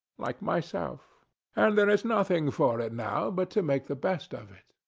like myself and there is nothing for it now but to make the best of it.